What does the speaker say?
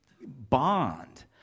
bond